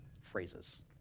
phrases